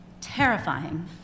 terrifying